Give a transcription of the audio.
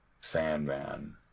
Sandman